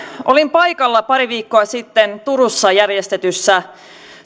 olin paikalla pari viikkoa sitten turussa järjestetyssä